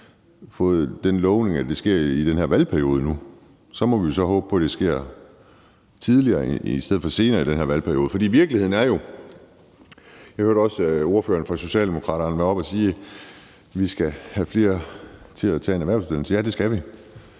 fået den lovning nu, at det sker i den her valgperiode. Så må vi så håbe på, at det sker tidligere i stedet for senere i den her valgperiode. Jeg hørte også, at ordføreren for Socialdemokraterne var oppe at sige: Vi skal have flere til at tage en erhvervsuddannelse. Ja, det skal vi.